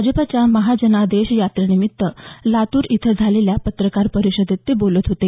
भाजपच्या महाजनादेश यात्रेनिमित्त लातूर इथं झालेल्या पत्रकार परिषदेत ते आज बोलत होते